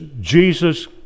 Jesus